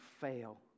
fail